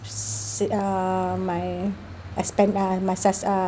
s~ uh my expen~ uh my s uh